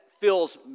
feels